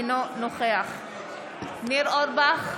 אינו נוכח ניר אורבך,